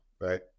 right